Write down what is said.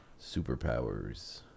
Superpowers